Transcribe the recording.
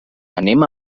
anem